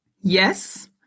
yes